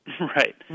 Right